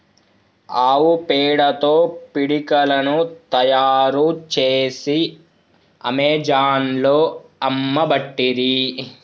ఆవు పేడతో పిడికలను తాయారు చేసి అమెజాన్లో అమ్మబట్టిరి